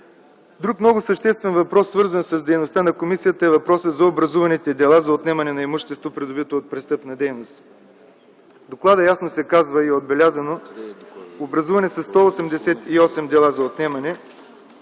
Друг много съществен въпрос, свързан с дейността на комисията, е въпросът за образуваните дела за отнемане на имущество, придобито от престъпна дейност. В доклада ясно се казва и е отбелязано, че са образувани 188 дела за отнемане,